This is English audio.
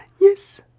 yes